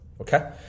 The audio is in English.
okay